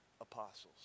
apostles